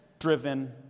driven